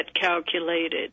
calculated